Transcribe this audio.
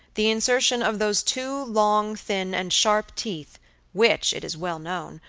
the insertion of those two long, thin, and sharp teeth which, it is well known,